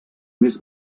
més